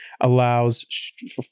allows